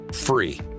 free